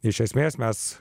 iš esmės mes